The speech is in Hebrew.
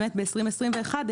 ב-2021,